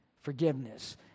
forgiveness